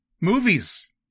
Movies